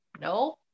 no